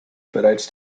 bereits